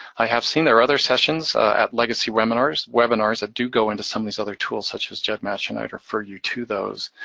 i have seen their other sessions at legacy webinars that do go into some of these other tools such as gedmatch, and i'd refer you to those,